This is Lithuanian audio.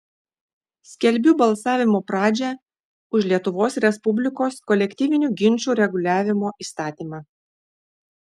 skelbiu balsavimo pradžią už lietuvos respublikos kolektyvinių ginčų reguliavimo įstatymą